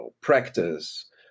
practice